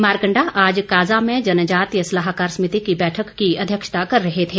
मारकण्डा आज काजा में जनजातीय सलाहकार समिति की बैठक की अध्यक्षता कर रहे थे